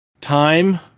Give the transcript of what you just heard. time